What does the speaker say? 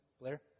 Blair